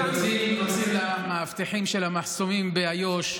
ולמאבטחים של המחסומים באיו"ש,